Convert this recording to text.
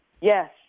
Yes